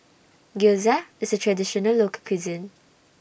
Gyoza IS A Traditional Local Cuisine